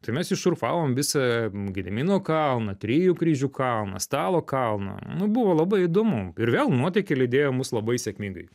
tai mes iššurfavom visą gedimino kalną trijų kryžių kalną stalo kalną nu buvo labai įdomu ir vėl nuotykiai lydėjo mus labai sėkmingai